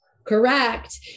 Correct